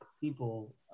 people